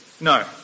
No